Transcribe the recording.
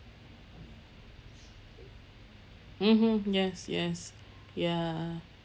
mmhmm yes yes ya